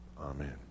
Amen